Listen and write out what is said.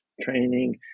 training